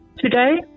Today